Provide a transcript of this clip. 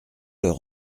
leur